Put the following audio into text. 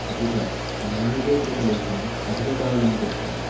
अपि च सङ्गणके कृतलेखनम् अधिककालं तिष्ठति